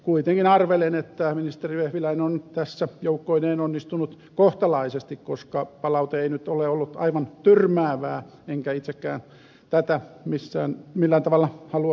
kuitenkin arvelen että ministeri vehviläinen on tässä joukkoineen onnistunut kohtalaisesti koska palaute ei nyt ole ollut aivan tyrmäävää enkä itsekään tätä millään tavalla halua tyrmätä